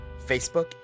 Facebook